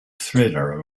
thriller